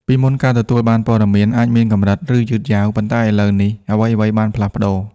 ពីមុន ការទទួលបានព័ត៌មានអាចមានកម្រិត ឬយឺតយ៉ាវ ប៉ុន្តែឥឡូវនេះ អ្វីៗបានផ្លាស់ប្ដូរ។